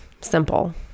Simple